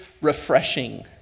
refreshing